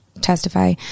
testify